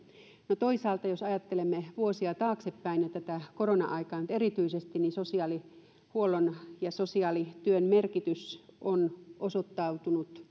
no toisaalta jos ajattelemme vuosia taaksepäin tätä korona aikaa nyt erityisesti niin sosiaalihuollon ja sosiaalityön merkitys on osoittautunut